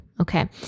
Okay